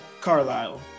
Carlisle